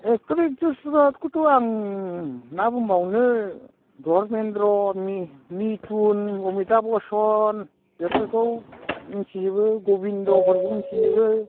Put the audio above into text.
actor एक्ट्रि्सफोरखौथ' आं मा बुंबावनो धरमेन्द्र' मिथुन अमिताभ बच्चान बेफोरखौ मिनथिजोबो गबिनद'फोरखौ मिनथिजोबो